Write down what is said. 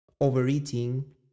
overeating